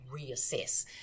reassess